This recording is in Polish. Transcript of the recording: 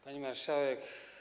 Pani Marszałek!